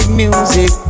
music